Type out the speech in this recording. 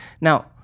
Now